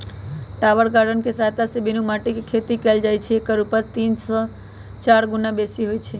tower garden कें सहायत से बीनु माटीके खेती कएल जाइ छइ एकर उपज तीन चार गुन्ना बेशी होइ छइ